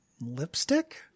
Lipstick